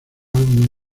álbum